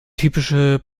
typische